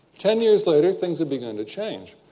ten years later, things had begun to change.